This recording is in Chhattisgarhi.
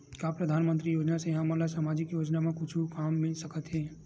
का परधानमंतरी योजना से हमन ला सामजिक योजना मा कुछु काम मिल सकत हे?